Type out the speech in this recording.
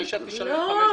--- לא.